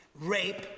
rape